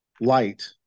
light